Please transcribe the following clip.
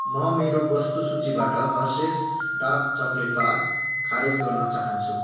म मेरो वस्तुसूचीबाट हर्सेस डार्क चक्लेट बार खारेज गर्न चाहन्छु